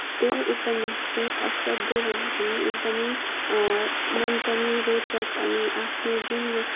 त्यो उपन्यास चाहिँ असाध्यै भन्दा पनि एकदमै मनपर्ने रोचक अनि आफ्नो जुन यो